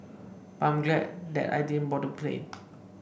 but I'm glad that I didn't board the plane